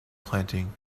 planting